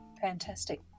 fantastic